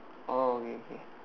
oh okay okay